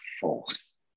false